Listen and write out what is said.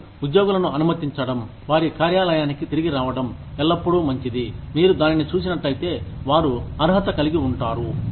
మరియు ఉద్యోగులను అనుమతించడం వారి కార్యాలయానికి తిరిగిరావడం ఎల్లప్పుడూ మంచిది మీరు దానిని చూసినట్లయితే వారు అర్హత కలిగి ఉంటారు